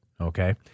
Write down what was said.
okay